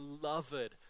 beloved